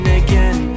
again